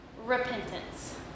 Repentance